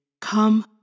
Come